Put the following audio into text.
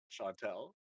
Chantel